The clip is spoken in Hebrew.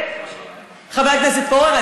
חבר הכנסת פורר,